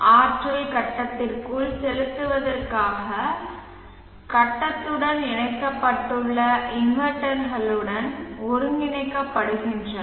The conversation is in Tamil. சக்தியை கட்டத்திற்குள் செலுத்துவதற்காக கட்டத்துடன் இணைக்கப்பட்டுள்ள இன்வெர்ட்டர்களுடன் ஒருங்கிணைக்கப்படுகின்றன